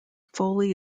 foley